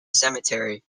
cemetery